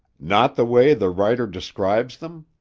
not the way the writer describes them?